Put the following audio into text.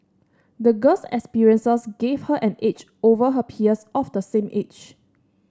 the girl's experiences gave her an edge over her peers of the same age